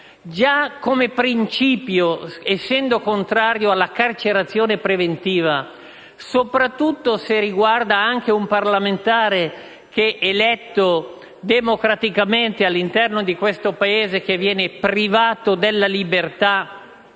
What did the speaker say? linea di principio sono contrario alla carcerazione preventiva, soprattutto se riguarda un parlamentare eletto democraticamente in questo Paese che viene privato della libertà.